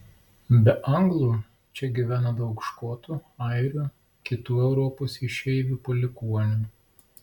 be anglų čia gyvena daug škotų airių kitų europos išeivių palikuonių